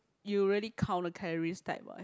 you really count calories type right